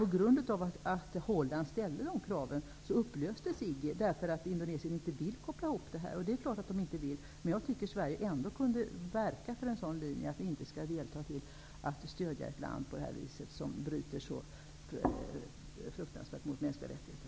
På grund av att Holland ställde krav på mänskliga rättigheter upplöstes IGGI, eftersom Indonesien inte vill koppla ihop biståndet med krav på mänskliga rättigheter. Det är klart att man inte vill, men jag tycker att Sverige ändå kunde verka för en sådan linje, att inte stödja ett land som bryter så fruktansvärt mot mänskliga rättigheter.